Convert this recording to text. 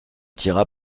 tira